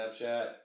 Snapchat